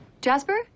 Jasper